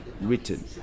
written